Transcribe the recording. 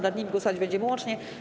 Nad nimi głosować będziemy łącznie.